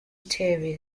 turvy